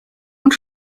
und